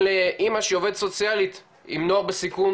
לאימא שהיא עובדת סוציאלית עם נוער בסיכון